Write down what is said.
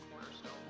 cornerstone